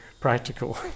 practical